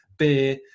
Beer